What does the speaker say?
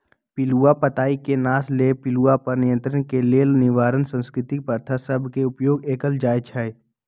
पिलूआ पताई के नाश लेल पिलुआ पर नियंत्रण के लेल निवारक सांस्कृतिक प्रथा सभ के उपयोग कएल जाइ छइ